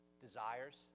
desires